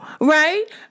right